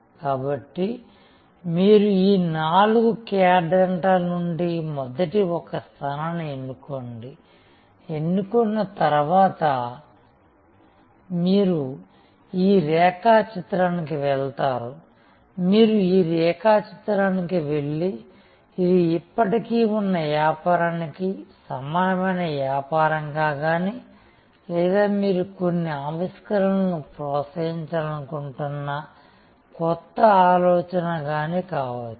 కాబట్టి మీరు ఈ నాలుగు క్వాడ్రాంట్ల నుండి మొదట ఒక స్థానాన్ని ఎన్నుకోండి ఎన్నుకున్న తరువాత మీరు ఈ రేఖాచిత్రానికి వెళతారు మీరు ఈ రేఖాచిత్రానికి వెళ్లి ఇది ఇప్పటికే ఉన్న వ్యాపారానికి సమానమైన వ్యాపారం గాని లేదా మీరు కొన్ని ఆవిష్కరణలను ప్రోత్సహించాలనుకుంటున్న కొత్త ఆలోచన గాని కావచ్చు